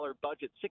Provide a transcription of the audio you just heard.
budget